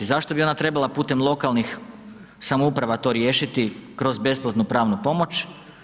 Zašto bi ona trebala putem lokalnih samouprava to riješiti kroz besplatnu pravnu pomoć?